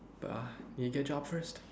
but ah need get job first